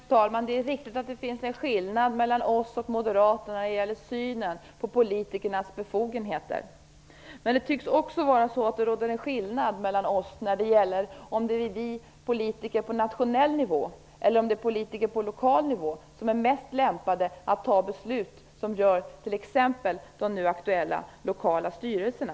Fru talman! Det är riktigt att det finns en skillnad mellan oss och Moderaterna när det gäller synen på politikernas befogenheter. Men det tycks också råda en skillnad mellan oss när det gäller om det är politiker på nationell eller politiker på lokal nivå som är mest lämpade att fatta beslut som rör t.ex. de nu aktuella lokala styrelserna.